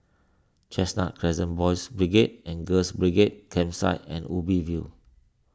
Chestnut Crescent Boys' Brigade and Girls' Brigade Campsite and Ubi View